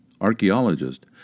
archaeologist